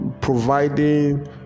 providing